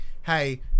hey